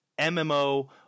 MMO